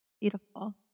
Beautiful